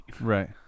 Right